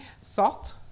salt